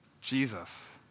Jesus